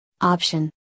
Option